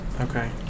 Okay